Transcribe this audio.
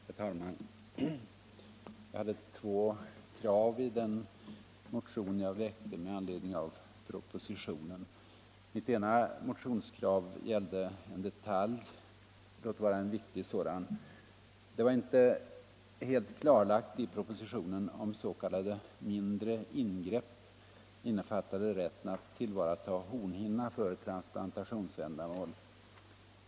Herr talman! Jag hade två krav i den motion som jag väckte med anledning av propositionen 50. Mitt ena motionskrav gällde en detalj, låt vara en viktig sådan. Det var inte helt klarlagt i propositionen om s.k. mindre ingrepp innefattade rätten att tillvarata hornhinna för transplantationsändamål.